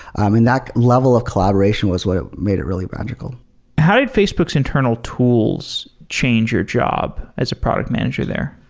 i mean, that level of collaboration was what made it really magical how did facebook's internal tools change your job as a product manager there?